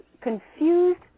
confused